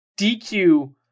DQ